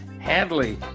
hadley